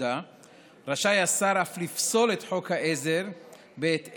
לפקודה רשאי השר אף לפסול את חוק העזר בהתאם